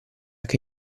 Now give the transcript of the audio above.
che